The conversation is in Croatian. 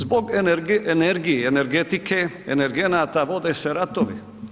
Zbog energije i energetike, energenata vode se ratovi.